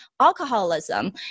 alcoholism